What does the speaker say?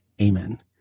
Amen